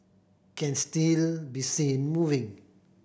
can still be seen moving